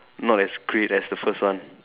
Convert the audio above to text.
not as great as the first one